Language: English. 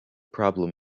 problem